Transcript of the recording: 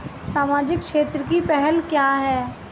सामाजिक क्षेत्र की पहल क्या हैं?